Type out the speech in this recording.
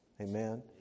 Amen